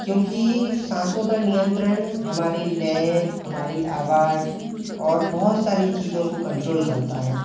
क्योंकि साँसों का नियंत्रण हमारे लय हमारी आवाज़ और बहुत सारी चीज़ों को कंट्रोल करता है